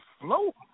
float